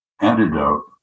antidote